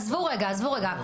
עזבו רגע הכול,